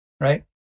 right